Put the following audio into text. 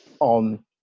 on